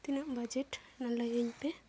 ᱛᱤᱱᱟᱹᱜ ᱵᱟᱡᱮᱴ ᱚᱱᱟ ᱞᱟᱹᱭᱟᱹᱧ ᱯᱮ